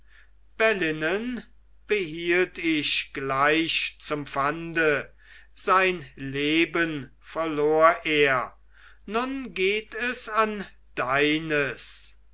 bellynen behielt ich gleich zum pfande sein leben verlor er nun geht es an deines